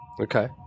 Okay